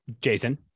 Jason